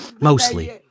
Mostly